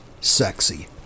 sexy